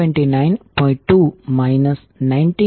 905 cos 229